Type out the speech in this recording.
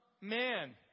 Man